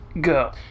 Go